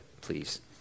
please